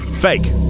fake